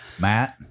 Matt